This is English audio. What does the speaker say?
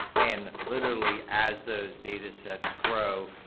and literally, as those datasets grow,